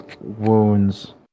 wounds